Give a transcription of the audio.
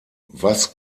was